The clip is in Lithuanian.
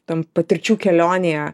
tam patirčių kelionėje